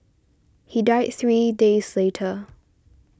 he died three days later